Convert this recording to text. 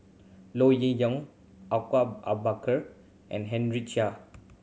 Low Yen Ling Awang ah Bakar and Henry Chia